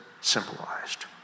symbolized